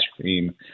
cream